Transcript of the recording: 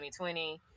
2020